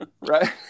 Right